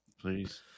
Please